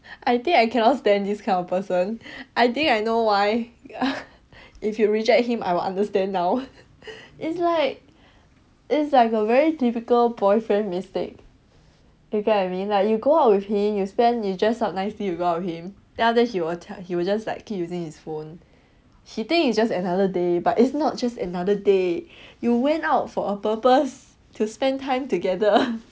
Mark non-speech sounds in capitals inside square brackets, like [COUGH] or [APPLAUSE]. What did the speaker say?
I think I cannot then this kind of person I think I know why [BREATH] if you reject him I will understand now it's like it's a very typical boyfriend mistake you get what I mean like you go out with him you spend you just nicely without him then after he will tell he will just like keep using his phone he think it's just another day but it's not just another day you went out for a purpose to spend time together